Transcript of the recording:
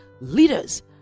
Leaders